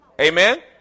Amen